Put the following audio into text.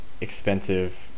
expensive